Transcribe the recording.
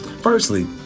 Firstly